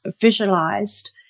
visualized